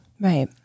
Right